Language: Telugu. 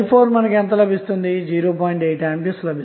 8 A లభిస్తుంది